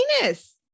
penis